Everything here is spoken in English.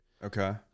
Okay